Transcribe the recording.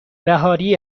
بهاری